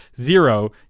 zero